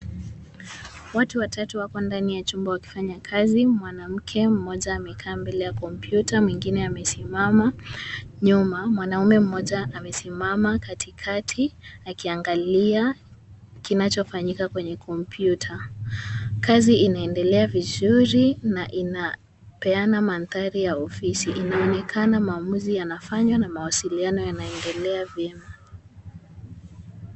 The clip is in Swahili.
Watu watatu wapo ndani ya chumba wakifanya kazi. Mwanamke mmoja amekaa mbele ya kompyuta, mwingine amesimama nyuma. Mwanaume mmoja amesimama katikati akiangalia kinachofanyika kwenye kompyuta. Kazi inaendelea vizuri na inapeana mandhari ya ofisi. Inaonekana maamuzi yanafanywa na mawasiliano yanaendelea vyema.